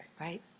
right